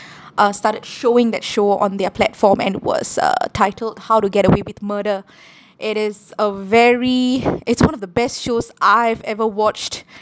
uh started showing that show on their platform and it was uh titled how to get away with murder it is a very it's one of the best shows I have ever watched